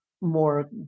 more